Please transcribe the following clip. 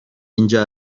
اینجا